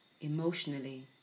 emotionally